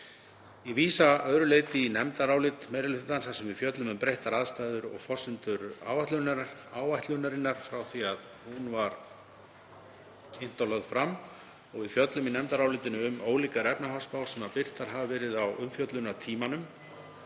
Ég vísa að öðru leyti í nefndarálit meiri hlutans þar sem við fjöllum um breyttar aðstæður og forsendur áætlunarinnar frá því hún var kynnt og lögð fram. Við fjöllum í nefndarálitinu um ólíkar efnahagsspár sem birtar hafa verið á umfjöllunartímanum.